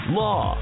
law